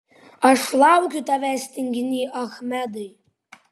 aš laukiu tavęs tinginy achmedai